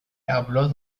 habló